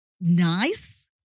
nice